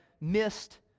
missed